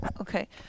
Okay